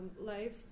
life